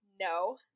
No